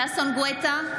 ששון ששי גואטה,